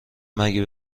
مگه